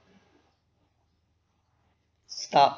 stop